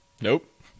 Nope